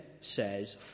says